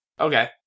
Okay